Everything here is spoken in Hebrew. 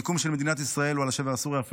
המיקום של מדינת ישראל הוא על השבר הסורי-אפריקאי.